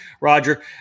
Roger